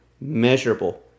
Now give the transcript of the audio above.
measurable